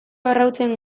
arrautzen